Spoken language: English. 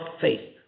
faith